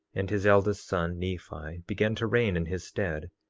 and his eldest son nephi began to reign in his stead.